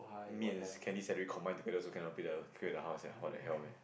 me and Kelly's salary combine together also cannot pay the pay the house sia what the hell man